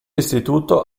istituto